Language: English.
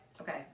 okay